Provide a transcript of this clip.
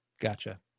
Gotcha